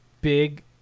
big